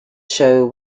show